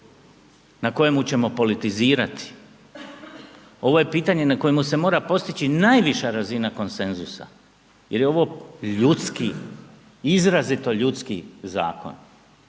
na kojemu ćemo politizirati. Ovo je pitanje na kojemu se mora postići najviša razina konsenzusa jer je ovo ljudski, izrazito ljudski zakon